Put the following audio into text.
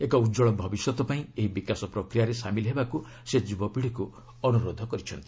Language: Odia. ଏକ ଉଜ୍ଜଳ ଭବିଷ୍ୟତ ପାଇଁ ଏହି ବିକାଶ ପ୍ରକ୍ରିୟାରେ ସାମିଲ୍ ହେବାକୁ ସେ ଯୁବପିଢ଼ିକୁ ଅନୁରୋଧ କରିଛନ୍ତି